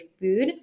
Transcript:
food